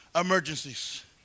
emergencies